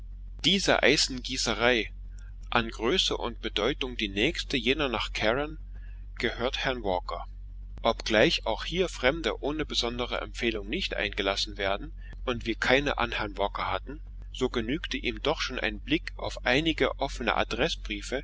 diese eisengießerei an größe und bedeutung die nächste jener nach carron gehört herrn walker obgleich auch hier fremde ohne besondere empfehlung nicht eingelassen werden und wir keine an herrn walker hatten so genügte ihm doch schon ein blick auf einige offene